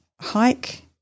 hike